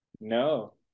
No